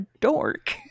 dork